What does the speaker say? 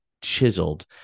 chiseled